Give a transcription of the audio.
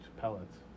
pellets